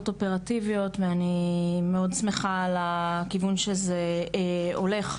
אופרטיביות ואני מאוד שמחה על הכיוון שזה הולך.